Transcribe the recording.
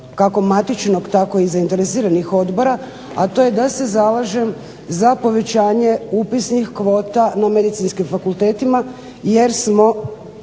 kako matičnog tako i zainteresiranih odbora, a to je da se zalažem za povećanje upisnih kvota na medicinskim fakultetima jer smo